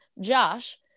Josh